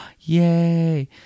Yay